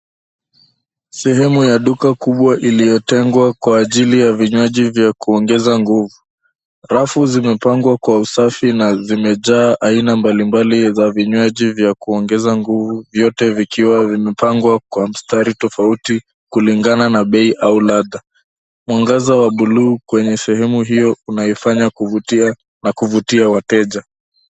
Sehemu ya duka kubwa iliyotengwa kwa ajili ya vinywaji vya kuongeza nguvu . Rafu zimepangwa kwa usafi na zimejaa aina mbalimbali za vinywaji vya kuongeza nguvu vyote vikiwa zimepangwa kwa mstari tofauti kulingana na bei au ladha. Mwangaza wa buulu kwenye sehemu hiyo unaifanya kuvutia na kuvutia wateja.